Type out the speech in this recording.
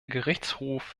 gerichtshof